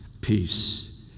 Peace